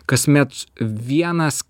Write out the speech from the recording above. kasmet vienas